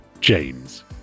James